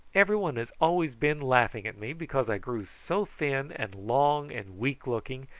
everybody has always been laughing at me, because i grew so thin and long and weak-looking,